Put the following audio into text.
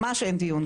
ממש אין דיון כזה.